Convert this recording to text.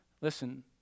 listen